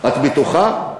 את בטוחה?